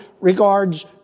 regards